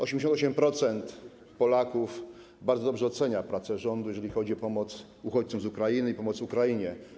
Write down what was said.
88% Polaków bardzo dobrze ocenia pracę rządu, jeżeli chodzi o pomoc uchodźcom z Ukrainy i pomoc Ukrainie.